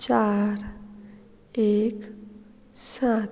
चार एक सात